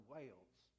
Wales